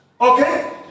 Okay